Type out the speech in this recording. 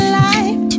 life